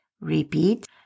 Repeat